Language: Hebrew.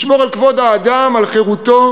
לשמור על כבוד האדם, על חירותו,